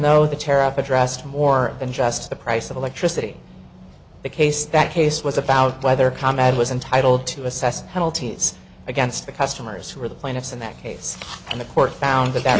though the tariff addressed more than just the price of electricity the case that case was about whether kombat was entitled to assess penalties against the customers who were the plaintiffs in that case and the court found that